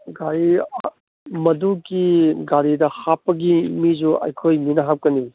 ꯒꯥꯔꯤ ꯃꯗꯨꯒꯤ ꯒꯥꯔꯤꯗ ꯍꯥꯞꯄꯒꯤ ꯃꯤꯁꯨ ꯑꯩꯈꯣꯏ ꯃꯤꯅ ꯍꯥꯞꯀꯅꯤ